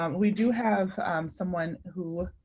um we do have someone who